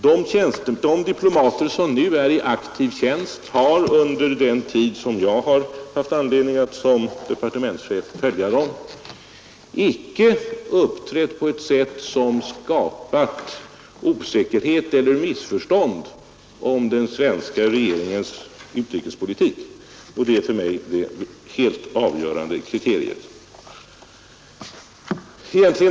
De diplomater som nu är i aktiv tjänst har under den tid som jag haft anledning att som departementschef följa dem icke uppträtt på ett sätt som skapat osäkerhet eller missförstånd om den svenska regeringens utrikespolitik. Det är för mig det helt avgörande kriteriet.